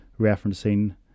referencing